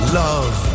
love